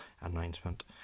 announcement